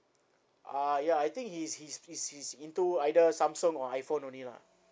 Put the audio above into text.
uh ya I think he's he's he's he's into either samsung or iphone only lah